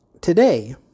today